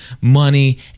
money